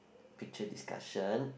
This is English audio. picture discussion